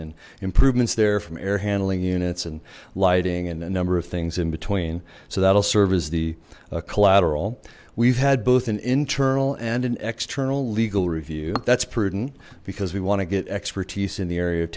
in improvements there from air handling units and lighting and a number of things in between so that will serve as the collateral we've had both an internal and an external legal review that's prudent because we want to get expertise in the area of